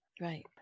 Right